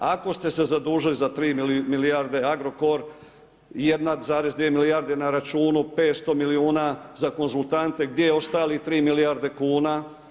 Ako ste se zadužili za 3 milijarde Agrokor, 1,2 milijarde na računu, 500 milijuna za konzultante, gdje je ostalih 3 milijarde kuna?